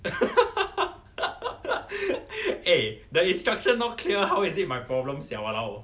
eh the instruction not clear how is it my problem sia !walao!